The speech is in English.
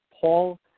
Paul